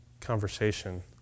conversation